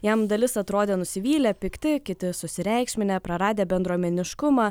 jam dalis atrodė nusivylę pikti kiti susireikšminę praradę bendruomeniškumą